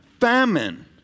famine